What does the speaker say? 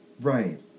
Right